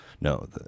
no